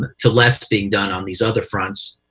to less being done on these other fronts.